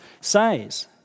says